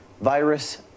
virus